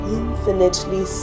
infinitely